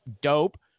dope